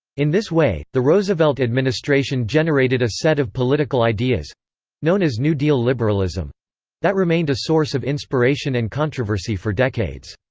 in this way, the roosevelt administration generated a set of political ideas known as new deal liberalism that remained a source of inspiration and controversy for decades.